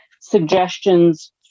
suggestions